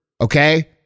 Okay